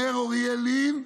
אומר אוריאל לין: